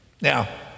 Now